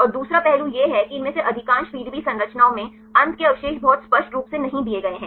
और दूसरा पहलू यह है कि इनमें से अधिकांश पीडीबी संरचनाओं में अंत के अवशेष बहुत स्पष्ट रूप से नहीं दिए गए हैं